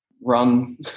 run